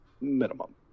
minimum